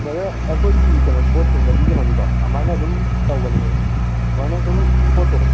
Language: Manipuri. ꯕ꯭ꯔꯗꯔ ꯑꯩꯈꯣꯏꯒꯤ ꯀꯩꯅꯣ ꯄꯣꯠ ꯊꯤꯟꯕꯒꯤ ꯀꯩꯅꯣꯁꯦꯀꯣ ꯑꯗꯨꯃꯥꯏꯅ ꯑꯗꯨꯝ ꯇꯧꯕꯅꯦ ꯁꯨꯃꯥꯏꯅ ꯁꯨꯝ ꯄꯣꯠꯇꯣ